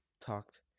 talked